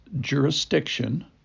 jurisdiction